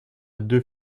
deux